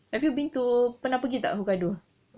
have to been to pernah pergi tak hokkaido